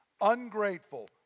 ungrateful